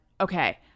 okay